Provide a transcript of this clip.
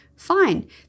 fine